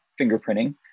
fingerprinting